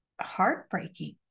heartbreaking